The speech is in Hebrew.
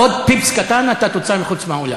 עוד "פיפס" קטן אתה תוצא מהאולם.